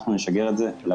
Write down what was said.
אנחנו נשגר את זה לבנק.